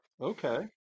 Okay